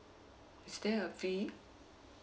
is there a fee